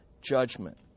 judgment